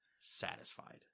satisfied